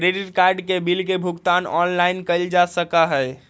credit card के bill के भुगतान ऑनलाइन कइल जा सका हई